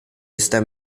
esta